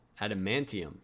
adamantium